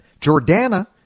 Jordana